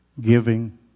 giving